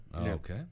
Okay